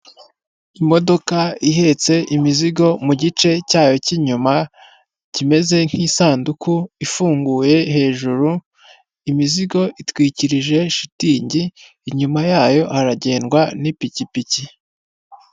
Imodoka ihetse imizigo mu gice cyayo cy'inyuma kimeze nk'isanduku ifunguye hejuru, imizigo itwikirije shitingi, inyuma yayo haragendwa n'ipikipiki.